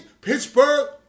Pittsburgh